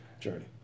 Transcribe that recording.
journey